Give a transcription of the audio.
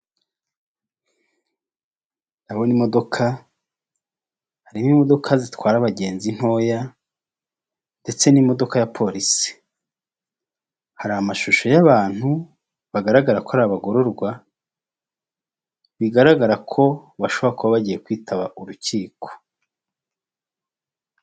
Ndabona imodoka harimo imodoka zitwara abagenzi ntoya ndetse n'imodoka ya polisi, hari amashusho y'abantu bagaragara ko ari abagororwa bigaragara ko bashoboka kuba bagiye kwitaba urukiko.